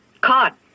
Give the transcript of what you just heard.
caught